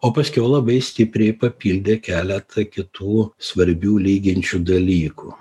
o paskiau labai stipriai papildė keleta kitų svarbių lyginčių dalykų